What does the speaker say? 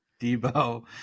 Debo